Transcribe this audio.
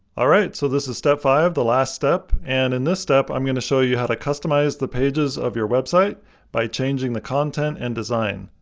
alright, so this is step five, the last step. and in this step, i'm going to show you how to customize the pages of your website by changing the content and design.